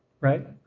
Right